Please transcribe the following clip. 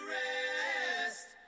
rest